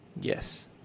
Yes